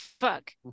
fuck